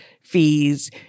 fees